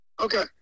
Okay